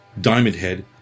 Diamondhead